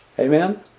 Amen